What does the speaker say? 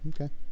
Okay